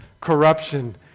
corruption